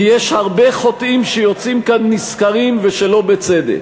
כי יש הרבה חוטאים שיוצאים כאן נשכרים ושלא בצדק.